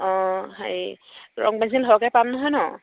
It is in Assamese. অঁ হেৰি ৰং পেঞ্চিল সহকৈ পাম নহয় ন